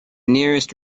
nearest